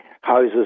houses